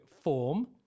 form